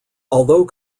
although